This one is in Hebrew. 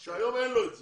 היום אין לו את זה.